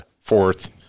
fourth